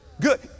Good